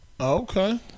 Okay